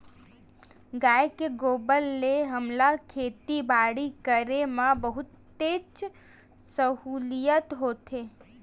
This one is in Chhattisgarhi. गाय के गोबर ले हमला खेती बाड़ी करे म बहुतेच सहूलियत होथे